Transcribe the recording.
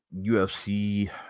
UFC